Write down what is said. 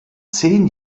zehn